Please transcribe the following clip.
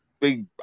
big